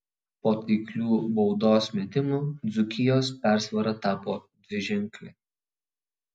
po taiklių baudos metimų dzūkijos persvara tapo dviženklė